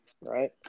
right